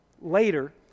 later